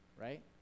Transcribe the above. right